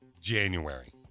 January